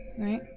right